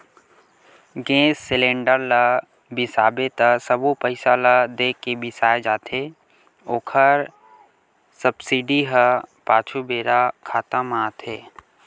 गेस cylinder ल बिसाबे त सबो पइसा ल दे के बिसाए जाथे ओखर सब्सिडी ह पाछू बेरा खाता म आथे